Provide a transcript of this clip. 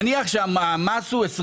נניח שהמעמס הוא 25